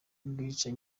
bwica